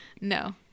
no